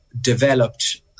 developed